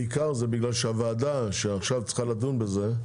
היא בעיקר כי הוועדה שצריכה לדון בזה עכשיו,